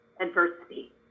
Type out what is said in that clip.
adversity